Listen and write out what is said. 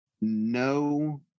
no